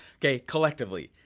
okay, collectively,